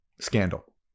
scandal